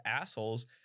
assholes